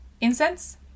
incense